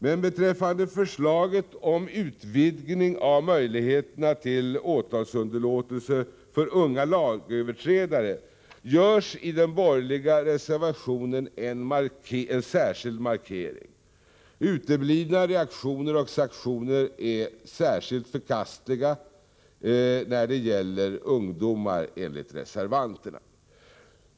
Men beträffande förslaget om utvidgning av möjligheterna till åtalsunderlåtelse för unga lagöverträdare görs i den borgerliga reservationen en särskild markering. Uteblivna reaktioner och sanktioner är särskilt förkastliga när det gäller ungdomar, enligt reservanterna.